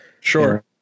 Sure